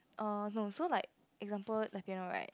uh no so like example the piano like